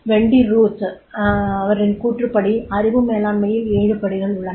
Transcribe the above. வெண்டி Ruth ன் கூற்றுப்படி அறிவு மேலாண்மையில் 7 படிகள் உள்ளன